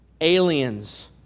aliens